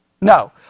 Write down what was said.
No